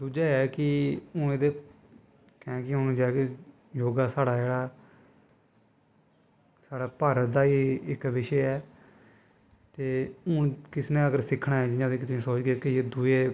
दुजा एह् ऐ कि हून एह्दा कैंह् कि योगा हून साढ़ा साढ़ा भारत दा ई इक बिशे ऐ ते हून किसे नै अगर सिक्खना ऐ जियां कि इक दुए